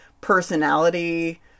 personality